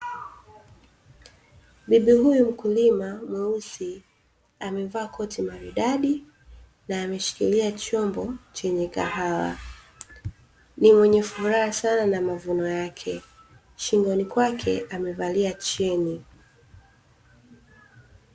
Bibi huyu mkulima mweusi amevaa koti maridadi na ameshikilia chombo chenye kahawa. Ni mwenye furaha sana na mavuno yake. Shingoni kwake amevalia cheni.